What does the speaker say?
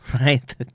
Right